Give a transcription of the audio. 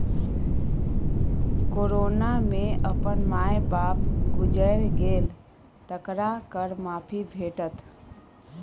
corona मे अपन माय बाप गुजैर गेल तकरा कर माफी भेटत